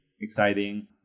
exciting